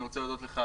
אני רוצה להודות לך,